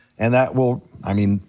and that will, i mean,